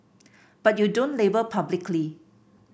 but you don't label publicly